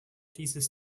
dieses